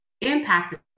impacted